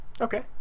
Okay